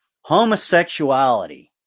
Homosexuality